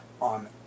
on